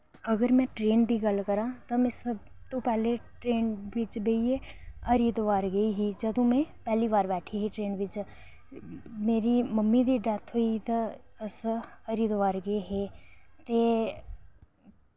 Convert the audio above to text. अगर में ट्रेन दी गल्ल करां ते में पैह्लें ट्रेन बिच बेहियै हरीद्वार गेई ही जदूं में पैह्ली बार बैठी ही ट्रेन बिच मेरी मम्मी दी डैथ होई दी ते अस हरिद्वार गे हे ते